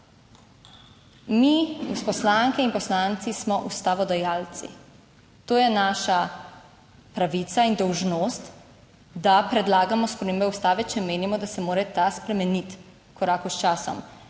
Mi, poslanke in poslanci smo ustavodajalci, to je naša pravica in dolžnost, da predlagamo spremembe Ustave, če menimo, da se mora ta spremeniti v koraku s časom